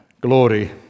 Glory